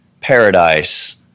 paradise